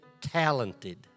talented